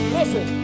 Listen